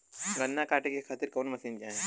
गन्ना कांटेके खातीर कवन मशीन चाही?